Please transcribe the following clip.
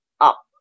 up